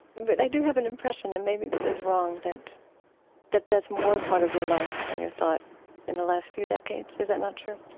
but i do have an impression, and maybe this is wrong, but that that's more part of your life and your thought in the last few decades. is that not true?